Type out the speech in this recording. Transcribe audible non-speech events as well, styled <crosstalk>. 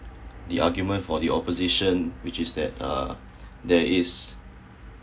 the argument for the opposition which is that uh <breath> there is